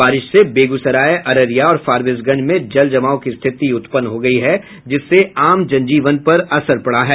बारिश से बेगूसराय अररिया और फारबिसगंज में जलजमाव की स्थिति उत्पन्न हो गयी है जिससे आम जनजीवन पर असर पड़ा है